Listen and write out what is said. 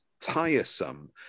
tiresome